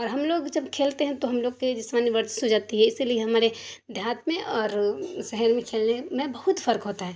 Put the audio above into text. اور ہم لوگ جب کھیلتے ہیں تو ہم لوگ کے جسمانی ورزش ہو جاتی ہے اسی لیے ہمارے دیہات میں اور شہر میں کھیلنے میں بہت فرق ہوتا ہے